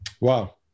Wow